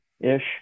ish